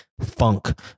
funk